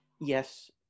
Yes